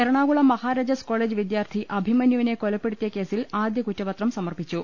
Ernakulam Maharajas college വിദ്യാർത്ഥി അഭിമന്യൂവിനെ കൊലപ്പെടുത്തിയ കേസിൽ ആദ്യ കുറ്റപത്രം സമർപ്പിച്ചു